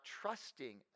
trusting